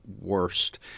worst